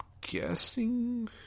guessing